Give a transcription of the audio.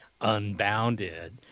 unbounded